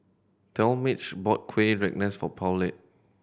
Talmage bought Kuih Rengas for Paulette